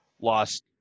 lost